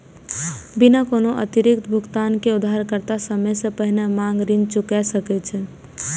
बिना कोनो अतिरिक्त भुगतान के उधारकर्ता समय सं पहिने मांग ऋण चुका सकै छै